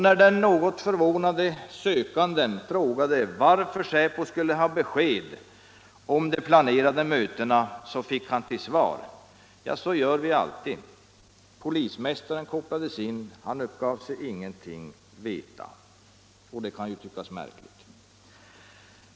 När den något förvånade sökanden frågade varför säpo skulle ha besked om de planerade mötena fick han till svar: ”Så gör vi alltid.” Polismästaren kopplades in och uppgav sig ingenting veta — och det kan ju tyckas märkligt.